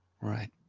right